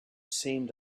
seemed